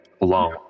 alone